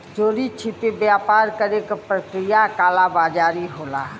चोरी छिपे व्यापार करे क प्रक्रिया कालाबाज़ारी होला